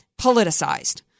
politicized